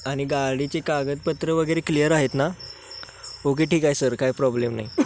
आणि गाडीचे कागदपत्र वगैरे क्लियर आहेत ना ओके ठीक आहे सर काय प्रॉब्लेम नाही